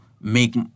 make